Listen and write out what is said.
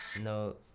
No